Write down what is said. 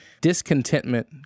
discontentment